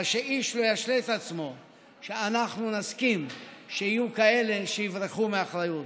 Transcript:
אבל שאיש לא ישלה את עצמו שאנחנו נסכים שיהיו כאלה שיברחו מאחריות.